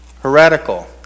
heretical